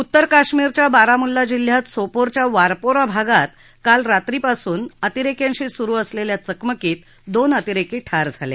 उत्तर काश्मिरच्या बारामुल्ला जिल्ह्यात सोपोरच्या वारपोरा भागात काल रात्रीपासून अतिरेक्यांशी सुरु असलेल्या चकमकीत दोन अतिरेकी ठार झाला